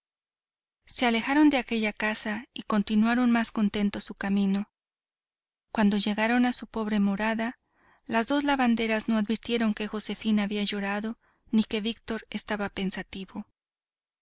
se alejaron de aquella casa y continuaron más contentos su camino cuando llegaron a su pobre morada las dos lavanderas no advirtieron que josefina había llorado ni que víctor estaba pensativo